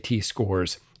scores